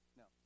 no